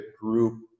group